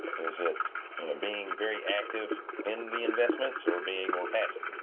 is it being very active in the investments or being more passive?